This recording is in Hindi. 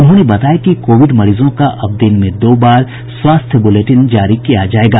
उन्होंने बताया कि कोविड मरीजों का अब दिन में दो बार स्वास्थ्य बुलेटिन जारी किया जायेगा